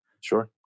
Sure